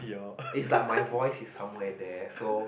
is like my voice is somewhere there so